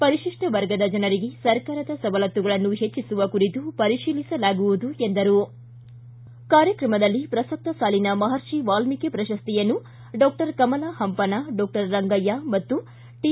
ಪರಿಶಿಷ್ಟ ವರ್ಗದ ಜನರಿಗೆ ಸರ್ಕಾರದ ಸವಲತ್ತುಗಳನ್ನು ಹೆಟ್ಟಿಸುವ ಕುರಿತು ಪರಿಶೀಲಿಸಲಾಗುವುದು ಎಂದರು ಕಾರ್ಯಕ್ರಮದಲ್ಲಿ ಪ್ರಸಕ್ತ ಸಾಲಿನ ಮಹರ್ಷಿ ವಾಲ್ಮಿಕ ಪ್ರಶಸ್ತಿಯನ್ನು ಡಾಕ್ಟರ್ ಕಮಲಾ ಹಂಪನಾ ಡಾಕ್ಟರ್ ರಂಗಯ್ಯಾ ಮತ್ತು ಟಿ